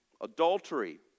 adultery